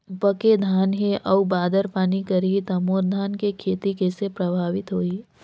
पके धान हे अउ बादर पानी करही त मोर धान के खेती कइसे प्रभावित होही?